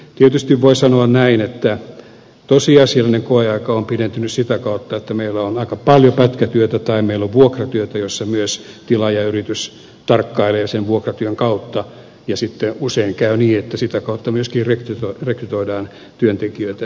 tietysti voi sanoa näin että tosiasiallinen koeaika on pidentynyt sitä kautta että meillä on aika paljon pätkätyötä tai meillä on vuokratyötä jossa myös tilaajayritys tarkkailee sen vuokratyön kautta ja sitten usein käy niin että sitä kautta myöskin rekrytoidaan työntekijöitä